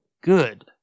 good